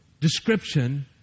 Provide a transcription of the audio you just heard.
Description